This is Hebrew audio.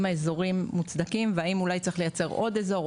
האזורים מוצדקים והאם אולי צריך לייצר עוד אזור,